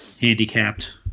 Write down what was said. handicapped